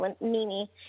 Mimi